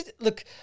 look